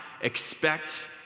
expect